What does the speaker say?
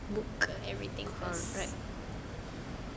buka everything first